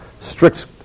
strict